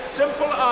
simple